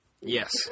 Yes